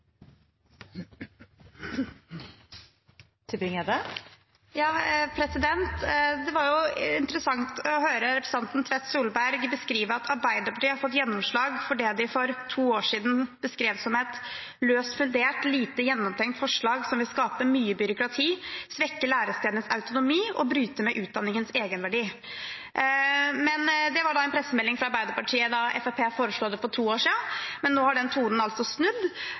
var interessant å høre representanten Tvedt Solberg beskrive at Arbeiderpartiet har fått gjennomslag for det de for to år siden beskrev som et «løst fundert og lite gjennomtenkt forslag, som vil skape mye byråkrati, svekke lærestedenes autonomi og bryte med utdanningens egenverdi». Dette var en pressemelding fra Arbeiderpartiet da Fremskrittspartiet foreslo det for to år siden, men nå har den tonen snudd.